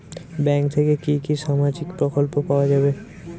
Bank থেকে কি কি সামাজিক প্রকল্প পাওয়া যাবে?